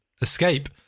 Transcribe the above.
escape